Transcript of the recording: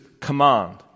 command